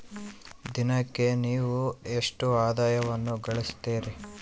ದಿನಕ್ಕೆ ನೇವು ಎಷ್ಟು ಆದಾಯವನ್ನು ಗಳಿಸುತ್ತೇರಿ?